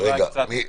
צעד קצת קיצוני.